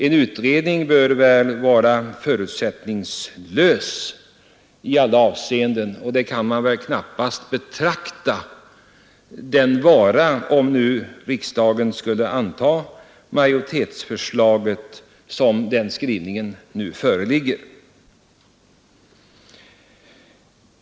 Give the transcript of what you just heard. En utredning bör vara förutsättningslös i alla avseenden, och det kan den väl knappast vara om riksdagen skulle anta majoritetsförslaget sådant det nu föreligger.